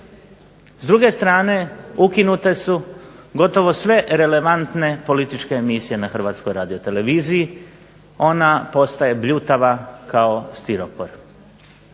S druge strane, ukinute su gotovo sve relevantne političke emisije na Hrvatskoj radioteleviziji, ona postaje bljutava kao stiropor.